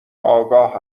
آگاه